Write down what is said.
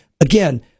again